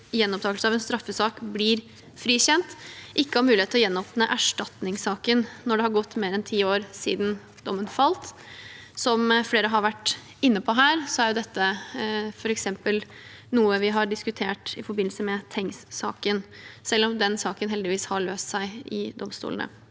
gjenopptakelse av en straffesak blir frikjent – ikke har mulighet til gjenåpne erstatningssaken når det har gått mer enn ti år siden dommen falt. Som flere her har vært inne på, er dette f.eks. noe vi har diskutert i forbindelse med Tengs-saken, selv om den saken heldigvis har løst seg i domstolene.